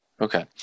Okay